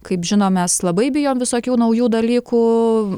kaip žinom mes labai bijom visokių naujų dalykų